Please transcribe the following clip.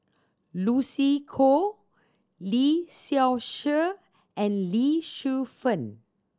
Lucy Koh Lee Seow Ser and Lee Shu Fen